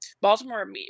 baltimore